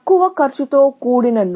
తక్కువ కాస్ట్తో కూడిన S A